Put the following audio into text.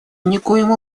никоим